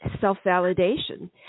self-validation